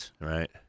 Right